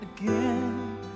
Again